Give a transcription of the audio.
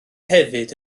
hefyd